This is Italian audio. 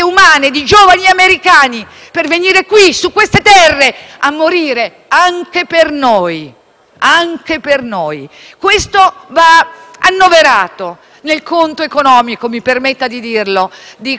anche per noi. Questo va annoverato nel conto economico - mi permetta di dirlo - di quell'accordo internazionale che ci vede cedere alla Cina importanti aziende